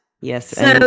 Yes